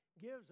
gives